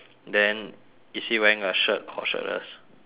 then is he wearing a shirt or shirtless